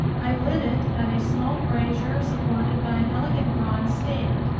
i lit it at a small brazier supported by an elegant bronze stand,